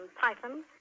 python